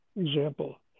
example